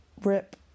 rip